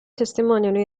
testimoniano